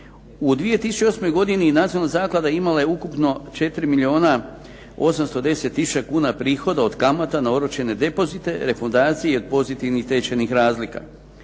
U 2008. godini nacionalna zaklada imala je ukupno 4 milijuna 810 tisuća kuna prihoda od kamata na oročene depozite, refundacije od pozitivnih tečajnih razlika.